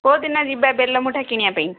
କେଉଁଦିନ ଯିବା ବେଲ ମୁଠା କିଣିବା ପାଇଁ